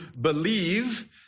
believe